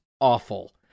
awful